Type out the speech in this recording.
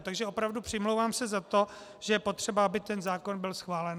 Takže se opravdu přimlouvám za to, že je potřeba, aby zákon byl schválen.